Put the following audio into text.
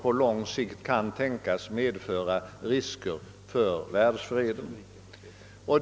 på lång sikt kanske kan medföra risker för världsfreden.